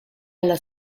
alla